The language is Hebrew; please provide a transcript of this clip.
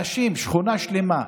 אנשים, שכונה שלמה,